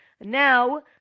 Now